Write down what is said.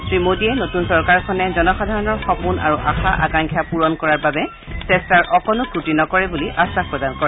শ্ৰীমোদীয়ে নতূন চৰকাৰখনে জনসাধাৰণৰ সপোন আৰু আশা আকাংক্ষা পূৰণ কৰাৰ বাবে চেট্টাৰ অকণো ক্ৰটি নকৰে বুলি আশ্বাস প্ৰদান কৰে